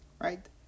Right